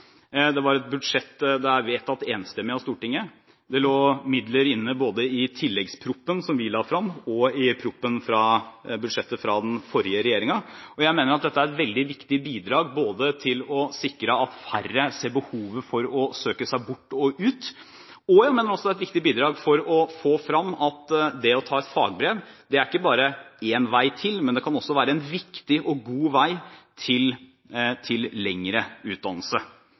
Det var et budsjett Stortinget vedtok enstemmig. Det lå midler inne både i tilleggsproposisjonen som vi la frem, og i budsjettet fra den forrige regjeringen. Jeg mener at dette er et veldig viktig bidrag for å sikre at færre ser behovet for å søke seg bort og ut, for å få frem at det å ta et fagbrev ikke bare er én vei til lengre utdannelse, men at det også kan være en viktig og god vei til lengre utdannelse,